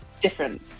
different